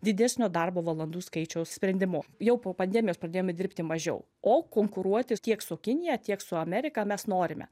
didesnio darbo valandų skaičiaus sprendimu jau po pandemijos pradėjome dirbti mažiau o konkuruoti tiek su kinija tiek su amerika mes norime